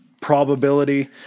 probability